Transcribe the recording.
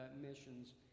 missions